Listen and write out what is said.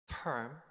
term